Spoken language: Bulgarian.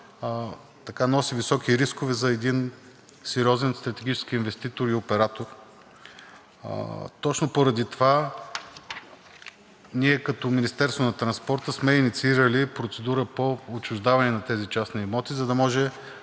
носи високи рискове за един сериозен стратегически инвеститор и оператор. Точно поради това ние като Министерство на транспорта сме инициирали процедура по отчуждаване на тези частни имоти, за да може